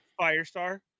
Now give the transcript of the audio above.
firestar